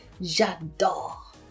j'adore